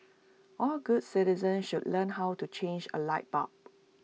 all good citizens should learn how to change A light bulb